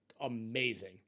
amazing